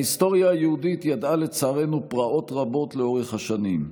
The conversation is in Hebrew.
ההיסטוריה היהודית ידעה לצערנו פרעות רבות לאורך השנים.